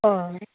অঁ